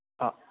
हा